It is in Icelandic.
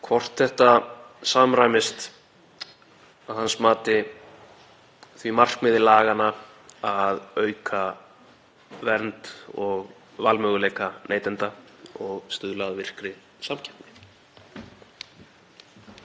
hvort þetta samræmist að hans mati því markmiði laganna að auka vernd og valmöguleika neytenda og stuðla að virkri samkeppni.